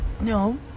No